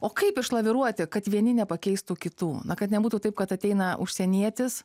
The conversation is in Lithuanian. o kaip išlaviruoti kad vieni nepakeistų kitų na kad nebūtų taip kad ateina užsienietis